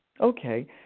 Okay